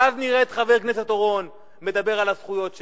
ואז נראה את חבר הכנסת אורון מדבר על הזכויות שלך.